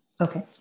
Okay